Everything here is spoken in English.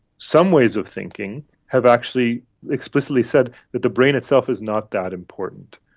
some ways of thinking have actually explicitly said that the brain itself is not that important,